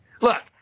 Look